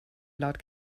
laut